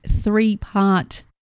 three-part